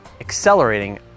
accelerating